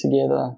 together